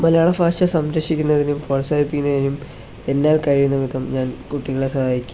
മലയാളഫാഷ സംരക്ഷിക്കുന്നതിനും പ്രോത്സാഹിപ്പിക്കുന്നതിനും എന്നാൽ കഴിയുന്നവിധം ഞാൻ കുട്ടികളെ സഹായിക്കും